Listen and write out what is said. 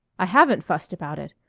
i haven't fussed about it.